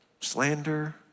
slander